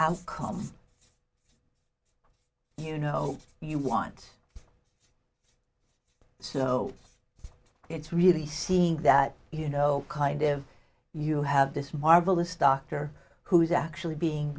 outcomes you know you want so it's really seeing that you know kind of you have this marvelous doctor who is actually being